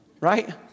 right